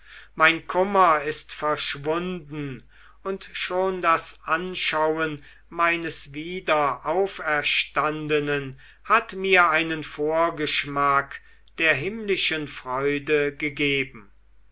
mein kummer ist verschwunden und schon das anschauen meines wiederauferstandenen hat mir einen vorgeschmack der himmlischen freude gegeben